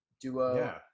duo